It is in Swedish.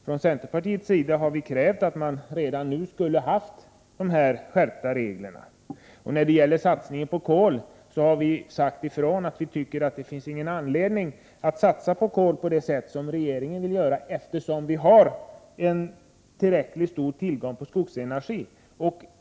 Från centerpartiets sida har vi krävt att man redan nu skulle ha dessa skärpta regler. När det gäller satsningen på kol har vi sagt att det inte finns någon anledning att satsa på det sätt som regeringen vill göra, eftersom vi har en tillräckligt stor tillgång på skogsenergi.